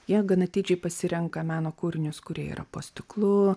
jie gan atidžiai pasirenka meno kūrinius kurie yra po stiklu